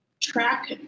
track